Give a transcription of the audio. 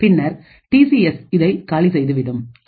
பின்னர் டிசிஎஸ் இதனை காலி செய்து விடுகின்றது